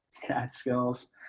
Catskills